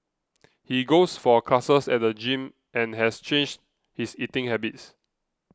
he goes for classes at the gym and has changed his eating habits